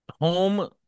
home